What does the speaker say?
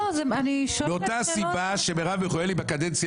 מאותה סיבה שמרב מיכאלי שפעלה בקדנציה